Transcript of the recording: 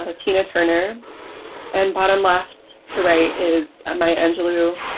ah tina turner and bottom left to right is maya angelou,